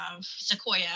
Sequoia